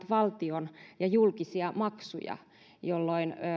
valtion ja julkisia maksuja jolloin se